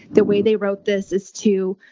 the way they wrote this is too,